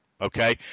okay